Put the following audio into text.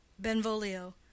Benvolio